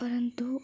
परन्तु